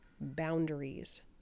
boundaries